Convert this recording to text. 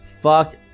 fuck